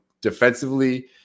defensively